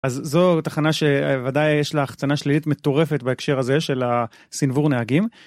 אז זו תחנה שוודאי יש לה החצנה שלילית מטורפת בהקשר הזה של הסינוור נהגים.